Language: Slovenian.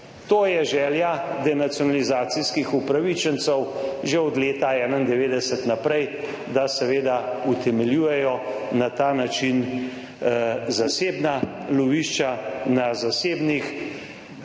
To je želja denacionalizacijskih upravičencev že od leta 1991 naprej, da seveda utemeljujejo na ta način zasebna lovišča na zasebnih